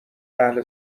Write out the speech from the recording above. اهل